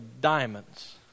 diamonds